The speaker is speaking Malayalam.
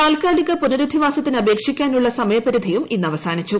താൽക്കാലിക പുനരധിവാസത്തിന് അപേക്ഷിക്കാനുള്ള സമയപരിധിയും ഇന്ന് അവസാനിച്ചു